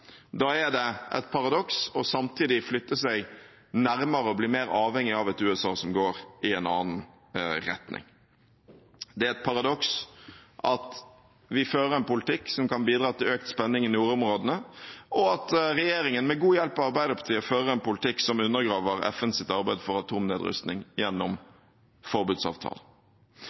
Da er det et paradoks samtidig å flytte seg nærmere og bli mer avhengig av et USA som går i en annen retning. Det er et paradoks at vi fører en politikk som kan bidra til økt spenning i nordområdene, og at regjeringen med god hjelp av Arbeiderpartiet fører en politikk som undergraver FNs arbeid for atomnedrustning gjennom